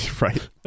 right